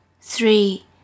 three